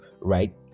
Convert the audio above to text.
right